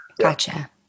Gotcha